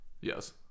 Yes